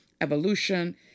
evolution